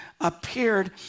appeared